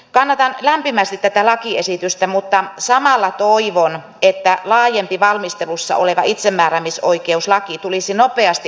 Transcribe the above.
kannatan lämpimästi tätä lakiesitystä mutta samalla toivon että valmistelussa oleva laajempi itsemääräämisoikeuslaki tulisi nopeasti eduskunnan käsittelyyn